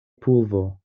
pulvo